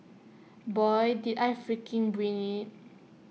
boy did I freaking bring IT